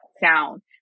sound